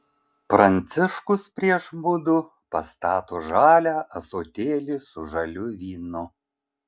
pranciškus prieš mudu pastato žalią ąsotėlį su žaliu vynu